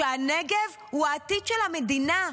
שהנגב הוא העתיד של המדינה?